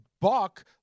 Buck